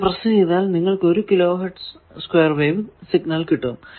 അത് പ്രസ് ചെയ്താൽ നിങ്ങൾക്കു ഒരു 1 kilo hertz square wave signal കിട്ടും